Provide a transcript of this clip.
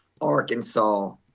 Arkansas